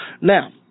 Now